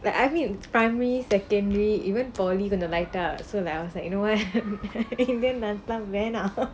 the I mean primary secondary even polytechnic gonna light up so that was like you know what indian dance lah வேணாம்:venaam